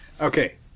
Okay